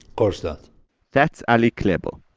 course not that's ali qleibo,